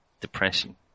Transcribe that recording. depression